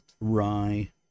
rye